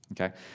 Okay